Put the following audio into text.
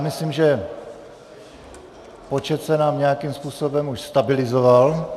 Myslím, že počet se nám nějakým způsobem už stabilizoval.